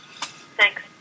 Thanks